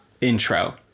Intro